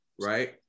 right